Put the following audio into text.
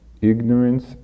Ignorance